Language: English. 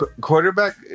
quarterback